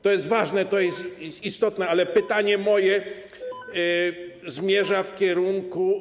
To jest ważne, to jest istotne, ale pytanie moje zmierza w kierunku.